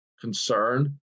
concern